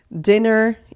dinner